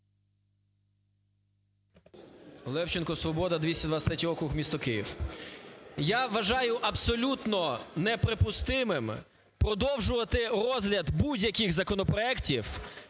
Левченко, "Свобода", 223 округ, місто Київ. Я вважаю абсолютно неприпустимим продовжувати розгляд будь-яких законопроектів